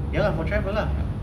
ya lah for travel ah